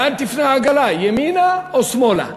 לאן תפנה העגלה, ימינה או שמאלה.